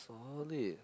solid